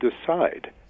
decide